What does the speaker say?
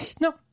no